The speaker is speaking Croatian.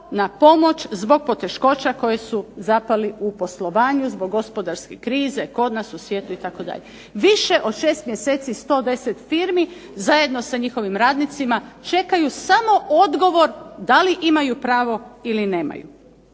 na pomoć zbog poteškoća koje su zapali u poslovanju, zbog gospodarske krize kod nas, u svijetu itd. više od 6 mjeseci 110 firmi zajedno sa njihovim radnicima čekaju samo odgovor da li imaju pravo ili nemaju.